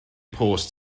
post